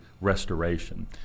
restoration